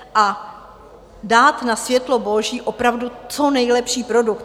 A dát na světlo boží opravdu co nejlepší produkt.